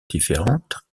différentes